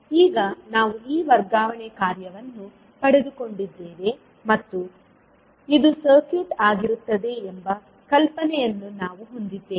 ಈಗ ನಾವು ಈ ವರ್ಗಾವಣೆ ಕಾರ್ಯವನ್ನು ಪಡೆದುಕೊಂಡಿದ್ದೇವೆ ಮತ್ತು ಇದು ಸರ್ಕ್ಯೂಟ್ ಆಗಿರುತ್ತದೆ ಎಂಬ ಕಲ್ಪನೆಯನ್ನು ನಾವು ಹೊಂದಿದ್ದೇವೆ